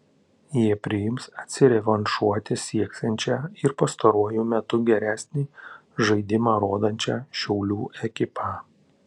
jie priims atsirevanšuoti sieksiančią ir pastaruoju metu geresnį žaidimą rodančią šiaulių ekipą